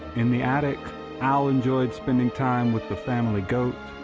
in the attic al enjoyed spending time with the family goat,